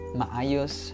maayos